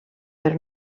però